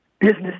business